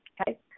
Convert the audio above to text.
Okay